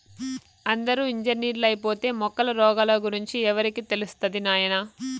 అందరూ ఇంజనీర్లైపోతే మొక్కల రోగాల గురించి ఎవరికి తెలుస్తది నాయనా